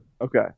Okay